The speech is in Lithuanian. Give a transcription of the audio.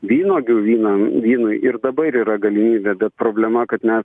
vynuogių vynam vynui ir dabar yra galybė bet problema kad mes